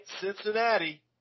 Cincinnati